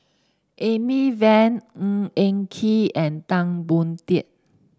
Amy Van Ng Eng Kee and Tan Boon Teik